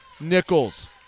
Nichols